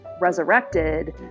resurrected